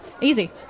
easy